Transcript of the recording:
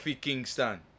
Kingston